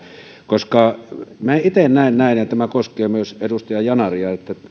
koska minä itse näen ja tämä koskee myös edustaja yanaria että